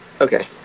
Okay